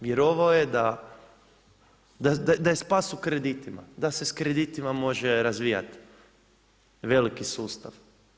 Vjerovao je da je spas u kreditima, da se s kreditima može razvijati veliki sustav.